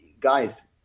Guys